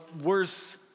worse